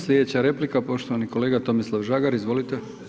Slijedeća replika, poštovani kolega Tomislav Žagar, izvolite.